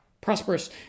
prosperous